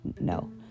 no